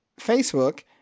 Facebook